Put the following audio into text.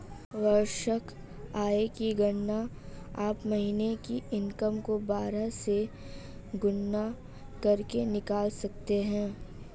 वार्षिक आय की गणना आप महीने की इनकम को बारह से गुणा करके निकाल सकते है